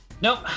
Nope